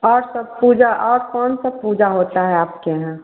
और सब पूजा और कौन सी पूजा होती है आपके यहाँ